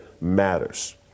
matters